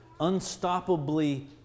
unstoppably